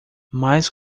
mas